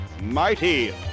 mighty